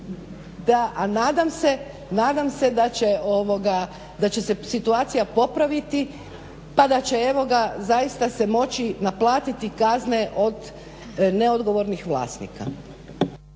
A nadam se da će se situacija popraviti, pa da će evo ga zaista se moći naplatiti kazne od neodgovornih vlasnika.